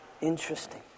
Interesting